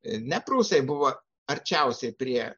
ne prūsai buvo arčiausiai prie